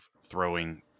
throwing